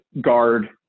guard